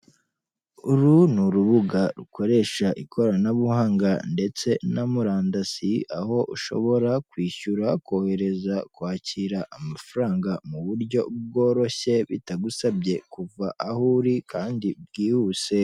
Uru ni urubuga rukoresha ikoranabuhanga ndetse na murandasi, aho ushobora kwishyura, kohereza, kwakira amafaranga mu buryo bworoshye bitagusabye kuva aho uri, kandi bwihuse.